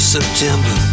September